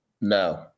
No